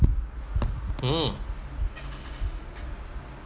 mm